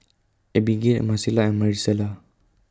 Abigail Marcela and Marisela